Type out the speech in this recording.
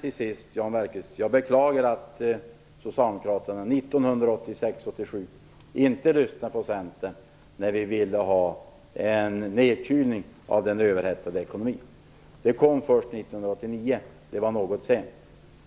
Till sist, Jan Bergqvist beklagar jag att Socialdemokraterna 1986-1987 inte lyssnade på Centern när vi ville ha en nedkylning av den överhettade ekonomin. Den kom först 1989, och det var något sent.